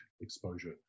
exposure